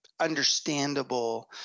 understandable